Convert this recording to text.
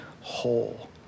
whole